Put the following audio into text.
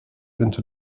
into